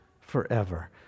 forever